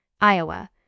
Iowa